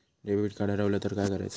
Debit card हरवल तर काय करायच?